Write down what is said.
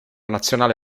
nazionale